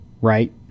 right